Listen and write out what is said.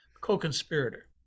co-conspirator